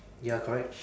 ya correct